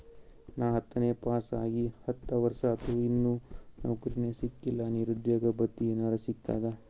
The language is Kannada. ನಾ ಹತ್ತನೇ ಪಾಸ್ ಆಗಿ ಹತ್ತ ವರ್ಸಾತು, ಇನ್ನಾ ನೌಕ್ರಿನೆ ಸಿಕಿಲ್ಲ, ನಿರುದ್ಯೋಗ ಭತ್ತಿ ಎನೆರೆ ಸಿಗ್ತದಾ?